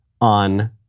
on